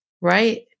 Right